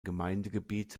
gemeindegebiet